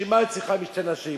בשביל מה היא צריכה משתה נשים?